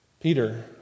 Peter